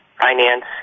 finance